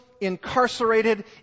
incarcerated